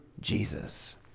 Jesus